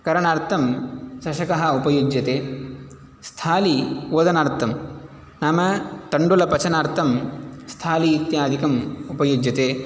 करणार्थं चषकः उपयुज्यते स्थाली ओदनार्थं नाम तण्डुलपचनार्थं स्थाली इत्यादिकम् उपयुज्यते